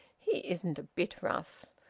he isn't a bit rough!